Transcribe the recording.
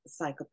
psychopathy